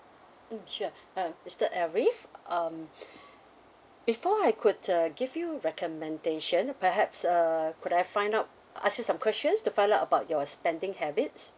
mm sure uh mister arif um before I could uh give you recommendations perhaps uh could I find out ask you some questions to find out about your spending habits